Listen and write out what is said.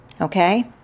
Okay